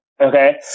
okay